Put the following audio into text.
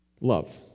Love